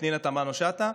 לפנינה תמנו שטה,